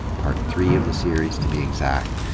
part three of the series to be exact,